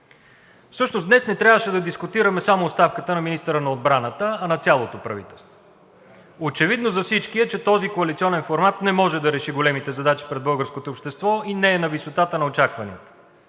Всъщност днес не трябваше да дискутираме само оставката на министъра на отбраната, а на цялото правителство. Очевидно за всички е, че този коалиционен формат не може да реши големите задачи пред българското обществото и не е на висотата на очакванията.